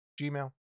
Gmail